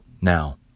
Now